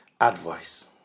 advice